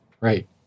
Right